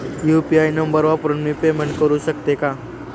UPI number वापरून मी payment करू शकते का?